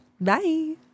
Bye